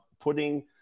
putting